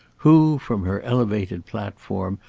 who, from her elevated platform,